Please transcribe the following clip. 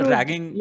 Ragging